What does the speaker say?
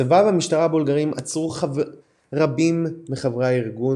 הצבא והמשטרה הבולגריים עצרו רבים מחברי הארגון